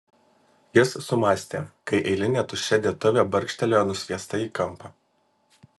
jis sumąstė kai eilinė tuščia dėtuvė barkštelėjo nusviesta į kampą